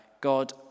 God